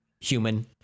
human